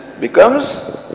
becomes